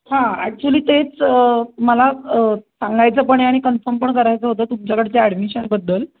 हां ॲक्च्युअली तेच मला सांगायचं पण आहे आणि कन्फम पण करायचं होतं तुमच्याकडच्या ॲडमिशनबद्दल